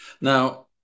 now